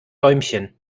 däumchen